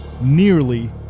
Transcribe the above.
nearly